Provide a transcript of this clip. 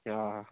ଓହୋ